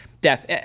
death